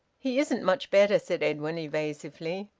he isn't much better, said edwin evasively.